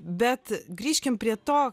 bet grįžkim prie to